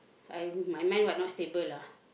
I my mind what not stable lah